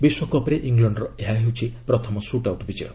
ବିଶ୍ୱକପ୍ରେ ଇଂଲଣ୍ଡର ଏହା ହେଉଛି ପ୍ରଥମ ସୁଟ୍ ଆଉଟ୍ ବିଜୟ